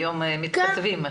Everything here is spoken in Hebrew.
היום מתכתבים.